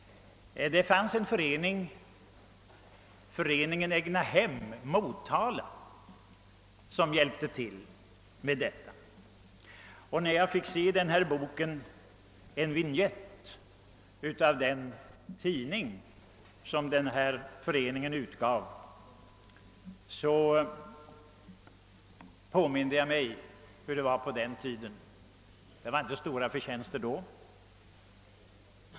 Det fanns en förening, Föreningen Egna Hem, Motala, som hjälpte till med detta. När jag i denna bok fick se vinjetten till den tidning som den här föreningen gav ut, påminde jag mig hur det var på den tiden. Det var inte stora förtjänster då.